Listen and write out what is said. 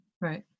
Right